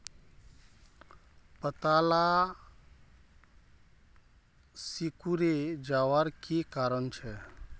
पत्ताला सिकुरे जवार की कारण छे?